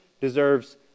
deserves